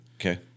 Okay